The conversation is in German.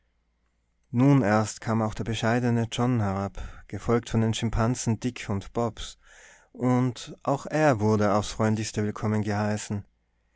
nun erst kam auch der bescheidene john herab gefolgt von den schimpansen dick und bobs und auch er wurde aufs freundlichste willkommen geheißen